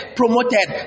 promoted